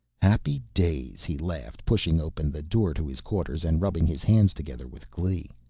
happy days, he laughed, pushing open the door to his quarters and rubbing his hands together with glee.